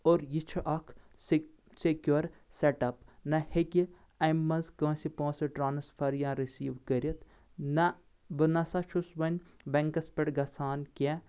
اور یہِ چھُ اکھ سٮ۪ک سٮ۪کیور سٮ۪ٹ اپ نہ ہٮ۪کہِ امہِ منٛز کٲنٛسہِ پۄنٛسہٕ ٹرانسفر یا رٔسیٖو کٔرتھ نہ بہٕ نسا چھُس وۄنۍ بیٚنٛکس پٮ۪ٹھ گژھان کینٛہہ